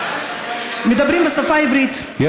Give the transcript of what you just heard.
שהם דוברי השפה הערבית נתקלים בבעיות דומות,